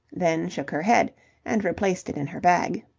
then shook her head and replaced it in her bag.